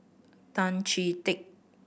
Tan Chee Teck